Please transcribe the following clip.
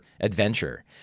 adventure